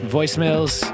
Voicemails